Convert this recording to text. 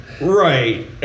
Right